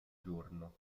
giorno